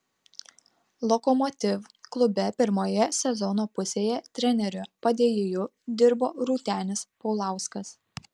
lokomotiv klube pirmoje sezono pusėje trenerio padėjėju dirbo rūtenis paulauskas